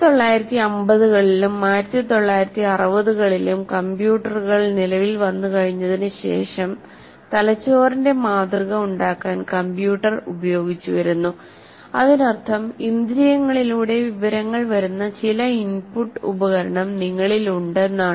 1950 കളിലും 1960 കളിലും കമ്പ്യൂട്ടറുകൾ നിലവിൽ വന്നുകഴിഞ്ഞതിനു ശേഷം തലച്ചോറിന്റെ മാതൃക ഉണ്ടാക്കാൻ കമ്പ്യൂട്ടർ ഉപയോഗിച്ചുവരുന്നു അതിനർത്ഥം ഇന്ദ്രിയങ്ങളിലൂടെ വിവരങ്ങൾ വരുന്ന ചില ഇൻപുട്ട് ഉപകരണം നിങ്ങലിലുണ്ടെന്നാണ്